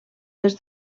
des